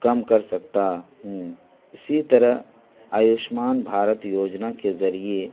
کم کر سکتا ہوں اسی طرح آیوشمان بھارت یوجنا کے ذریعے